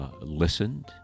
listened